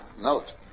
note